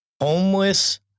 homeless